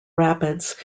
rapids